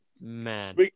man